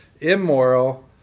immoral